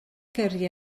gyrru